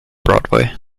broadway